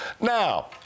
Now